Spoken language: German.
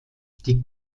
die